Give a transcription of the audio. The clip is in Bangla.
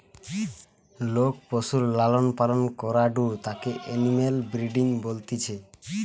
লোক পশুর লালন পালন করাঢু তাকে এনিম্যাল ব্রিডিং বলতিছে